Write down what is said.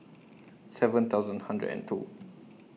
seven thousand hundred and two